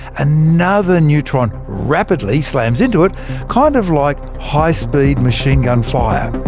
another neutron rapidly slams into it kind of like high-speed machine-gun fire.